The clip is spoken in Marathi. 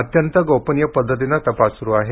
अत्यंत गोपनीय पद्धतीने तपास सुरु आहे